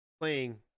playing